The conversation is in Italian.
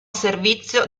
servizio